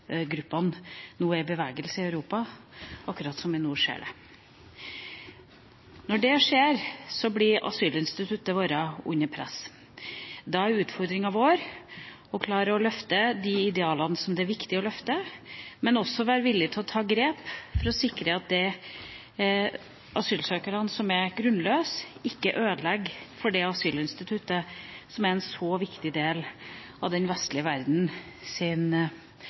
nå er i bevegelse i Europa – som vi akkurat nå ser. Når dette skjer, blir asylinstituttet vårt satt under press. Da er utfordringa vår å klare å løfte de idealene som er viktige å løfte, men også å være villige til å ta grep for å sikre at de asylsøkerne som har grunnløse søknader, ikke ødelegger for asylinstituttet, som er en så viktig del av den vestlige